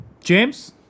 James